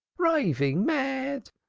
raving mad!